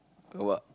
a while